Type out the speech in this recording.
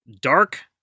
dark